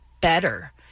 better